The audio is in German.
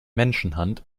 menschenhand